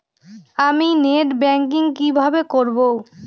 আমি net banking কিভাবে করব?